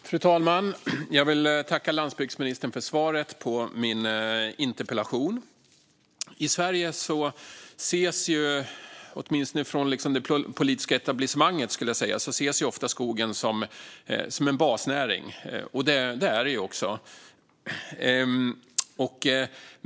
Fru talman! Jag vill tacka landsbygdsministern för svaret på min interpellation. I Sverige ses åtminstone från det politiska etablissemanget ofta skogen som en basnäring. Det är den också.